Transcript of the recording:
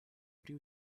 при